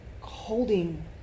holding